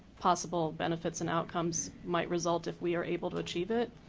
possible benefits and outcomes might result if we are able to achieve it.